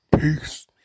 Peace